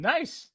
Nice